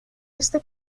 este